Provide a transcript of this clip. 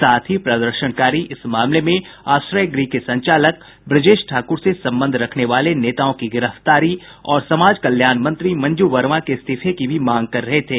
साथ ही प्रदर्शनकारी इस मामले में आश्रय गृह के संचालक ब्रजेश ठाकुर से संबंध रखने वाले नेताओं की गिरफ्तारी और समाज कल्याण मंत्री मंजू वर्मा के इस्तीफे की भी मांग कर रहे थे